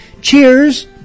Cheers